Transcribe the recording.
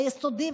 היסודי,